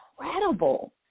incredible